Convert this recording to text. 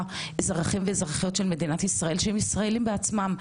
שהם אזרחים של מדינת ישראל שהם ישראליים בעצמם,